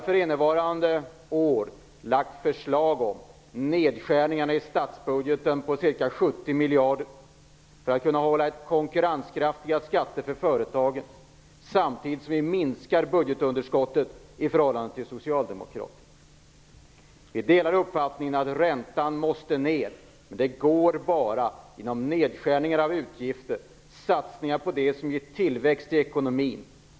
För innevarande år har jag lagt förslag om nedskärningar i statsbudgeten på ca 70 miljarder för att kunna hålla konkurrenskraftiga skatter för företagen samtidigt som vi minskar budgetunderskottet i förhållande till vad socialdemokraterna gör. Vi delar uppfattningen att räntan måste ner, men det går bara genom nedskärningar av utgifter och satsningar på det som ger tillväxt i ekonomin.